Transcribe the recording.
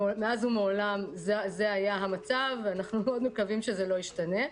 מאז ומעולם זה היה המצב ואנחנו מאוד מקווים שזה לא ישתנה.